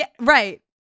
Right